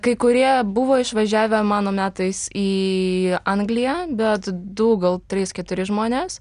kai kurie buvo išvažiavę mano metais į angliją bet du gal trys keturi žmonės